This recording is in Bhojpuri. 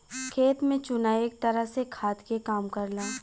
खेत में चुना एक तरह से खाद के काम करला